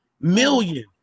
Million